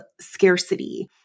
scarcity